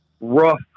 rough